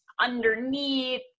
underneath